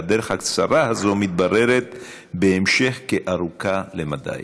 והדרך הקצרה הזאת מתבררת בהמשך כארוכה למדי.